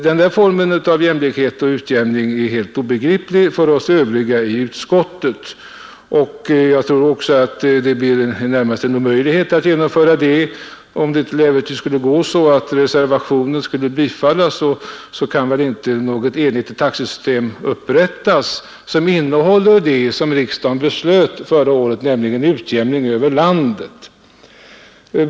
Den formen av jämlikhet och utjämning är helt obegriplig för oss övriga i utskottet, och jag tror också att det blir närmast en omöjlighet att genomföra detta förslag. Om till äventyrs reservationen skulle bifallas, kan väl inte något enhetligt taxesystem upprättas som innebär det som riksdagen beslöt förra året, nämligen utjämning över hela landet.